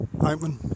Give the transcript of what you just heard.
open